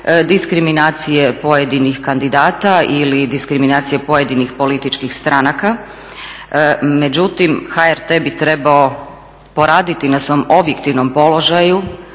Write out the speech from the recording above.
diskriminacije pojedinih kandidata ili diskriminacije pojedinih političkih stranaka. Međutim, HRT bi trebao poraditi na svom objektivnom položaju,